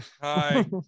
Hi